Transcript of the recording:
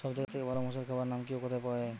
সব থেকে ভালো মোষের খাবার নাম কি ও কোথায় পাওয়া যায়?